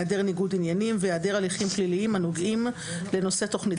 היעדר ניגוד עניינים והיעדר הליכים פליליים הנוגעים לנושא תכנית